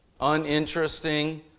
uninteresting